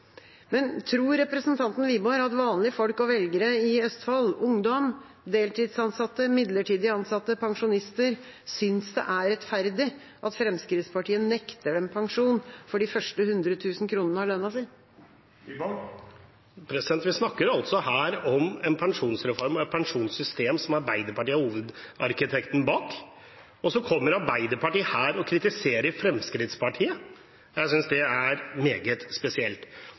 men da er også det feil. Tror representanten Wiborg at vanlige folk og velgere i Østfold – ungdom, deltidsansatte, midlertidig ansatte og pensjonister – synes det er rettferdig at Fremskrittspartiet nekter dem pensjon for de første hundre tusen kronene av lønna si? Vi snakker her om en pensjonsreform og et pensjonssystem som Arbeiderpartiet er hovedarkitekten bak, og så kommer Arbeiderpartiet her og kritiserer Fremskrittspartiet. Jeg synes det er meget spesielt.